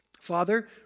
Father